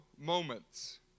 moments